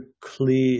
clear